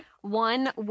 One